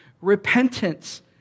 Repentance